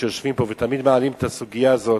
שיושבים פה ותמיד מעלים את הסוגיה הזאת: